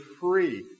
free